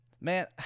Man